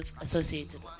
associated